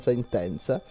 intensa